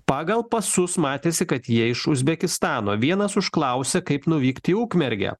pagal pasus matėsi kad jie iš uzbekistano vienas užklausė kaip nuvykt į ukmergę